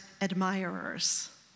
admirers